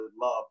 love